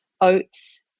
oats